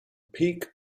peak